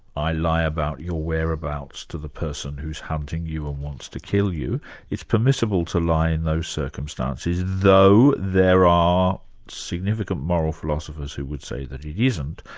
i lie about your whereabouts to the person who's hunting you ah wants to kill you it's permissible to lie in those circumstances, though there are significant moral philosophers who would say that it isn't.